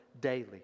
daily